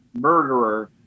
murderer